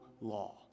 law